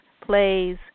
plays